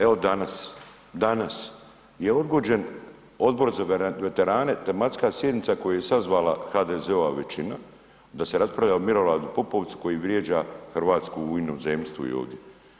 Evo danas, danas je odgođen Odbor za veterane tematska sjednica koju je sazvala HDZ-ova većina da se raspravlja o Miloradu Pupovcu koji vrijeđa Hrvatsku u inozemstvu i ovdje.